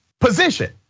position